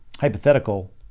hypothetical